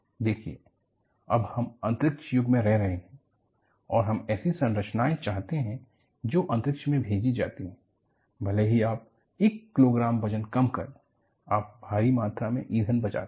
देखिए अब हम अंतरिक्ष युग में रह रहे हैं और हम ऐसी संरचनाएं चाहते हैं जो अंतरिक्ष में भेजी जाती है भले ही आप 1 किलोग्राम वजन कम करें आप भारी मात्रा में ईंधन बचाते हैं